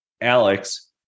alex